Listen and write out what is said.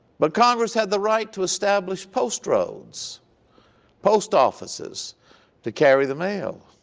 but congress had the right to establish post roads post offices to carry the mail.